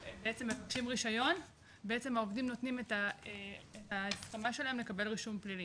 מבקשים רישיון והעובדים נותנים את ההסכמה שלהם לקבל רישום פלילי,